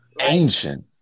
Ancient